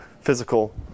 physical